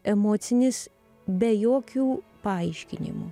emocinis be jokių paaiškinimų